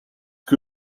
que